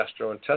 gastrointestinal